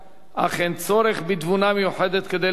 אך אין צורך בתבונה מיוחדת כדי להבין